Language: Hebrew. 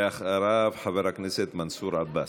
אדוני, ואחריו, חבר הכנסת מנסור עבאס.